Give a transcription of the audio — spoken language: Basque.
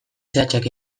zehatzak